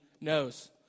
knows